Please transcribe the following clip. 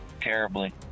terribly